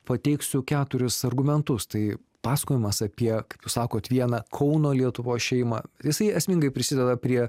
pateiksiu keturis argumentus tai pasakojimas apie kaip jūs sakot vieną kauno lietuvos šeimą jisai esmingai prisideda prie